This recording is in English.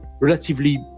relatively